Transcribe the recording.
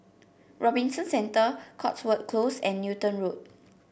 Robinson Centre Cotswold Close and Newton Road